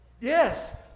Yes